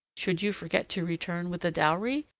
should you forget to return with the dowry,